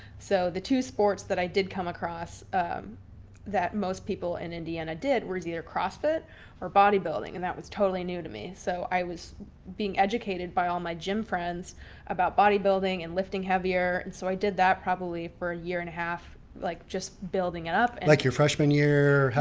so the two sports that i did come across um that most people in indiana did, was either crossfit or bodybuilding. and that was totally new to me. so i was being educated by all my gym friends about bodybuilding and lifting heavier. and so i did that probably for a year and a half, like just building it up. like your freshman year?